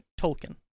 tolkien